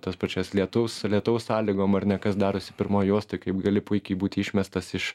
tas pačias lietus lietaus sąlygom ar ne kas darosi pirmoj juostoj kaip gali puikiai būti išmestas iš